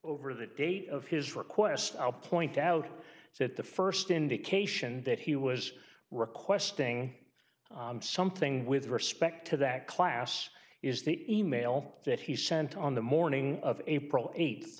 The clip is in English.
over the date of his request i'll point out that the first indication that he was requesting something with respect to that class is the e mail that he sent on the morning of april eight